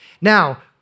Now